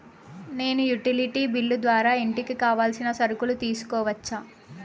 నేను utility bill ద్వారా ఇంటికి కావాల్సిన సరుకులు తీసుకోవచ్చా?